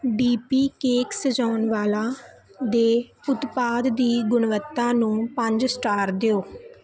D P cake ਸਜਾਉਣ ਵਾਲਾ ਦੇ ਉਤਪਾਦ ਦੀ ਗੁਣਵੱਤਾ ਨੂੰ ਪੰਜ ਸਟਾਰ ਦਿਓ